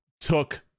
took